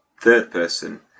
third-person